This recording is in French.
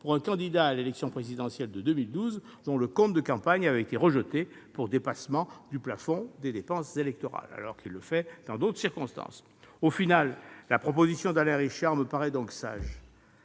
pour un candidat à l'élection présidentielle de 2012 dont le compte de campagne avait été rejeté pour dépassement du plafond des dépenses électorales. Pourtant, elle le fait dans d'autres circonstances ... Au final, la proposition d'Alain Richard me paraît donc sage.